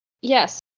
Yes